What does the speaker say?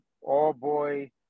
all-boy